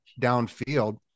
downfield